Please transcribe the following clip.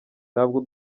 ntabwo